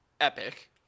epic